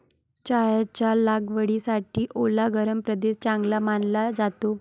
चहाच्या लागवडीसाठी ओला गरम प्रदेश चांगला मानला जातो